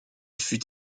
fut